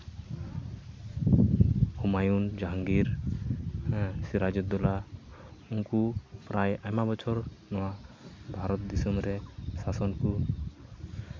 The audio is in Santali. ᱦᱩᱢᱟᱭᱩᱱ ᱡᱟᱦᱟᱝᱜᱤᱨ ᱦᱮᱸ ᱥᱤᱨᱟᱡᱳᱫᱽᱫᱳᱞᱞᱟ ᱩᱱᱠᱩ ᱯᱨᱟᱭ ᱟᱭᱢᱟ ᱵᱚᱪᱷᱚᱨ ᱱᱚᱣᱟ ᱵᱷᱟᱨᱚᱛ ᱫᱤᱥᱚᱢ ᱨᱮ ᱥᱟᱥᱚᱱ ᱠᱚ